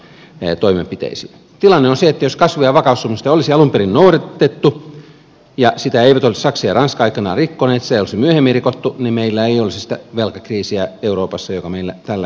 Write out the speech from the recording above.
tilanne on se että jos kasvu ja vakaussopimusta olisi alun perin noudatettu ja sitä eivät olisi saksa ja ranska aikanaan rikkoneet ja sitä ei olisi myöhemmin rikottu niin meillä ei olisi euroopassa sitä velkakriisiä joka meillä tällä hetkellä on